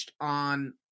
on